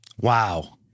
wow